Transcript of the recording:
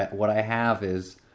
what i have is,